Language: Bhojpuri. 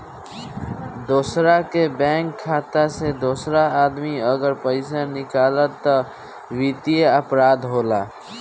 दोसरा के बैंक खाता से दोसर आदमी अगर पइसा निकालेला त वित्तीय अपराध होला